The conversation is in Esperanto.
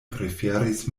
preferis